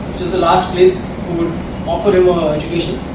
which is the last place who would offer him um ah education.